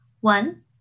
One